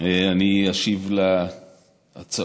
אני אשיב להצעות.